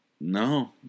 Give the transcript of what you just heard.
No